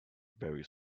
very